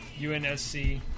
UNSC